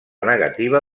negativa